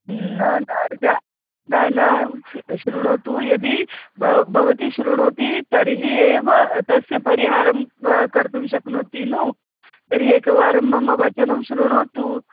न न जा न न श्रुणोतु यदि बव् भवती श्रुणोति तर्हि एव तस्य परिहारं कर्तुं शक्नोति नु तर्हि एकवारं मम वचनं श्रुणोतु